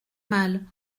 mal